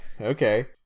Okay